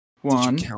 One